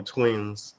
Twins